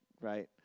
right